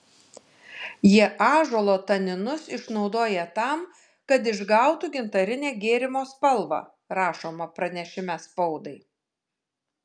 jie ąžuolo taninus išnaudoja tam kad išgautų gintarinę gėrimo spalvą rašoma pranešime spaudai